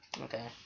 Okay